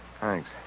Thanks